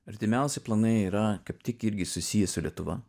artimiausi planai yra kaip tik irgi susiję su lietuva